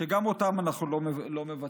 וגם אותם אנחנו לא מבצעים.